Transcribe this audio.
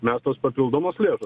mestos papildomos lėšos